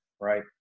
right